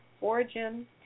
origin